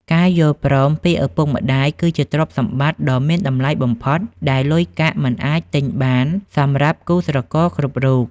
ការយល់ព្រមពីឪពុកម្ដាយគឺជាទ្រព្យសម្បត្តិដ៏មានតម្លៃបំផុត ដែលលុយកាក់មិនអាចទិញបានសម្រាប់គូស្រករគ្រប់រូប។